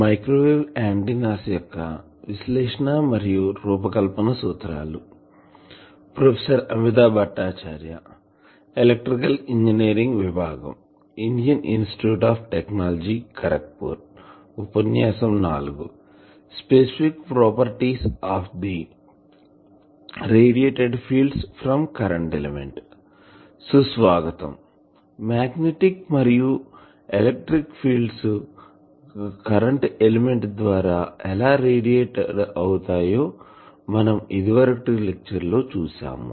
స్వాగతం మాగ్నెటిక్ మరియు electric fields current element ద్వారా ఎలా రేడియేట్ అవుతాయో మనం ఇదివరకటి లెక్చర్ లో చూసాం